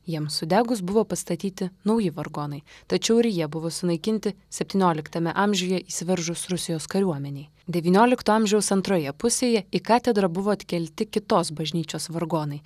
jiems sudegus buvo pastatyti nauji vargonai tačiau ir jie buvo sunaikinti septynioliktame amžiuje įsiveržus rusijos kariuomenei devyniolikto amžiaus antroje pusėje į katedrą buvo atkelti kitos bažnyčios vargonai